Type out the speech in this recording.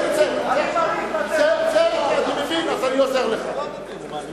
אני מעדיף לצאת.